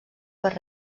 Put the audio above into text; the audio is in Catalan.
per